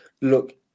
look